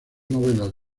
novelas